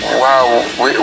wow